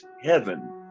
heaven